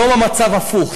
היום המצב הפוך,